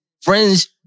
friends